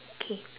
okay